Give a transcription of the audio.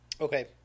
okay